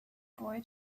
boy